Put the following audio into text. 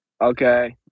Okay